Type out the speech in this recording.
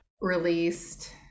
released